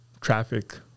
traffic